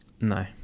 No